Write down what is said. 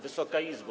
Wysoka Izbo!